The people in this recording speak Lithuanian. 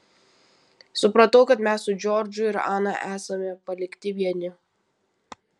supratau kad mes su džordžu ir ana esame palikti vieni